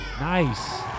Nice